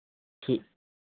ठीक